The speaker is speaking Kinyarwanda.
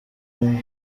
uwo